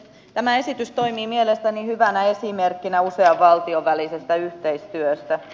tämä esitys toimii mielestäni hyvänä esimerkkinä usean valtion välisestä yhteistyöstä